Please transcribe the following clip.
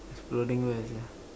exploding where sia